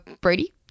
Brady